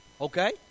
Okay